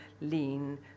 lean